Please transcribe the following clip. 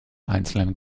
einzelnen